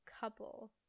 couple